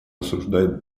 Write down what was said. осуждает